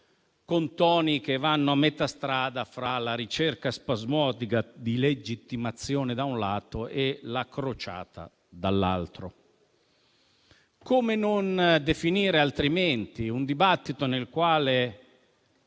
con toni che vanno a metà strada fra la ricerca spasmodica di legittimazione, da un lato, e la crociata, dall'altro. Come non definire altrimenti un dibattito nel quale